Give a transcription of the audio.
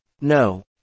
no